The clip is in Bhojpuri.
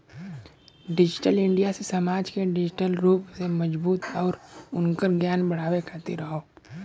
डिजिटल इंडिया से समाज के डिजिटल रूप से मजबूत आउर उनकर ज्ञान बढ़ावे खातिर हौ